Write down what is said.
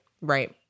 right